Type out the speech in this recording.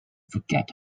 forget